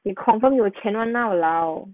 你 confirm 有钱 [one] lah !walao!